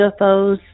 UFOs